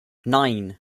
nine